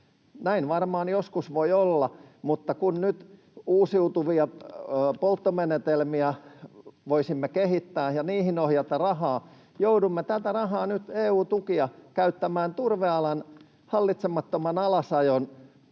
Näin varmaan joskus voi olla, mutta kun nyt uusiutuvia polttomenetelmiä voisimme kehittää ja niihin ohjata rahaa, joudumme tätä rahaa, EU-tukia, käyttämään turvealan hallitsemattoman alasajon